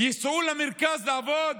ייסעו למרכז לעבוד?